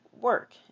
work